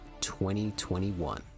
2021